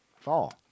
Fall